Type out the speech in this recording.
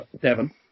Devon